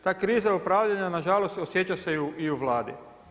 Ta kriza upravljanja nažalost osjeća se i u Vladi.